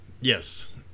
Yes